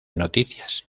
noticias